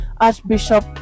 Archbishop